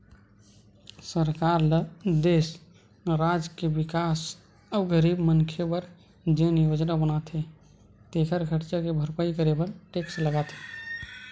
सरकार ल देस, राज के बिकास अउ गरीब मनखे बर जेन योजना बनाथे तेखर खरचा के भरपाई बर टेक्स लगाथे